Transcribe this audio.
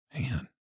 Man